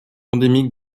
endémique